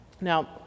Now